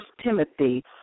Timothy